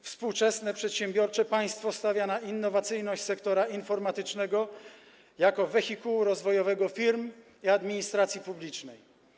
Współczesne przedsiębiorcze państwo stawia na innowacyjność sektora informatycznego jako wehikułu rozwojowego firm i administracji publicznej.